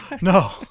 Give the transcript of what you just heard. no